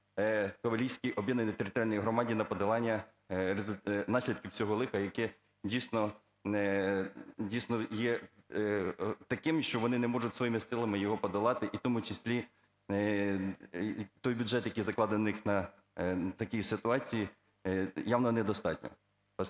Ковалівській об'єднаній територіальній громаді на подолання наслідків цього лиха, яке дійсно, є таким, що вони не можуть своїми силами його подолати, і в тому числі той бюджет, який закладений у них на такі ситуації, явно недостатній.